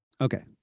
Okay